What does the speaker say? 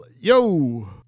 yo